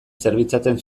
zerbitzatzen